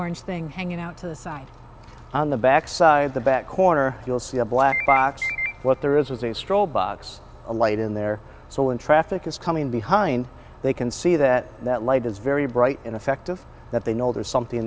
orange thing hanging out to the side on the backside of the back corner you'll see a black box what there is was a stroll bugs a light in there so when traffic is coming behind they can see that that light is very bright in effect of that they know there's something